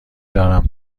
دانم